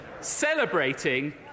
celebrating